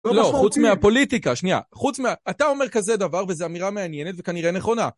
לא, חוץ מהפוליטיקה, שנייה, חוץ מה... אתה אומר כזה דבר וזה אמירה מעניינת וכנראה נכונה.